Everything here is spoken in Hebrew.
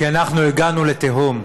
כי הגענו לתהום.